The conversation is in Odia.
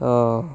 ତ